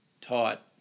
taught